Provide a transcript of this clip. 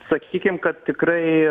sakykim kad tikrai